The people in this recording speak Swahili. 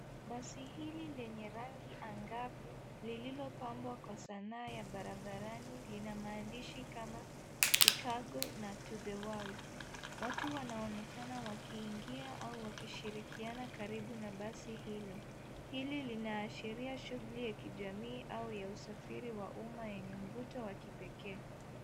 Basi hili lenye rangi angavu lililo pambwa kwa sanaa ya barabarani lina maandishi kama Chicago na to the world watu wanaoneka wakiingia au wakishirikiana karibu na basi hilo. Hili linaashiria shughuli ya kijamii au ya usafiri wa uma yenye mvuto wa kipekee.